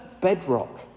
bedrock